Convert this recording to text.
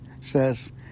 says